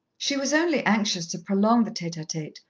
she was only anxious to prolong the tete-a-tete,